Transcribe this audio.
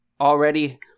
already